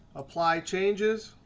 apply changes.